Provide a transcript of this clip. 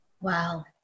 Wow